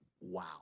wow